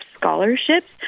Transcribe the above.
scholarships